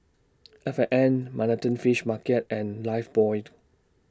F and N Manhattan Fish Market and Lifebuoy